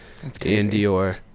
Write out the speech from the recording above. Indior